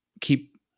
keep